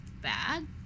bad